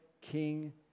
king